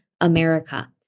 America